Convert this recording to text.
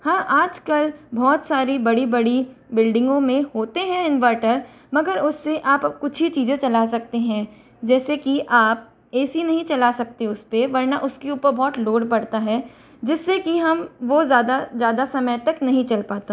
हाँ आज कल बहुत सारी बड़ी बड़ी बिल्डिंगों में होते हैं इन्वर्टर मगर उससे आप अब कुछ ही चीज़ें चला सकते हैं जैसे की आप ए सी नहीं चला सकते उसपे वरना उसके ऊपर बहुत लोड पड़ता है जिससे कि हम वह ज़्यादा ज़्यादा समय तक नहीं चल पाता